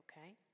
okay